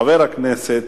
חבר הכנסת